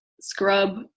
scrub